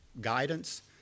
guidance